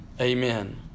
Amen